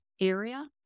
area